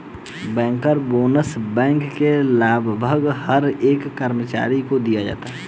banker bonus bank के लगभग हर एक कर्मचारी को दिया जाता है